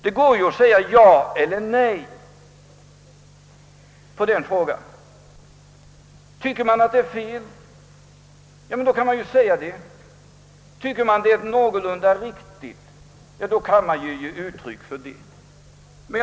Det går ju att svara ja eller nej på den frågan. Tycker man att det är fel kan man ju säga det. Tycker man att det är någorlunda riktigt kan man ge uttryck för det.